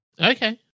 Okay